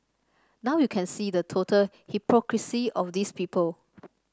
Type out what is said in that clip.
now you can see the total hypocrisy of these people